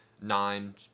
nine